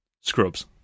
Scrubs